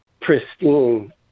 pristine